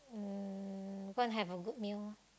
um go and have a good meal lor